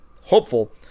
hopeful